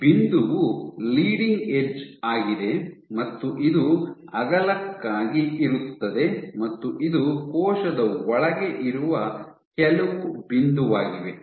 ಈ ಬಿಂದುವು leading edge ಆಗಿದೆ ಮತ್ತು ಇದು ಅಗಲಕ್ಕಾಗಿ ಇರುತ್ತದೆ ಮತ್ತು ಇದು ಕೋಶದ ಒಳಗೆ ಇರುವ ಕೆಲವು ಬಿಂದುವಾಗಿವೆ